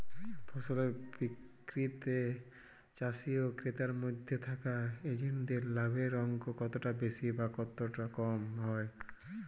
ফসলের বিক্রিতে চাষী ও ক্রেতার মধ্যে থাকা এজেন্টদের লাভের অঙ্ক কতটা বেশি বা কম হয়?